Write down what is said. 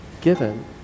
given